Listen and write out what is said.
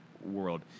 world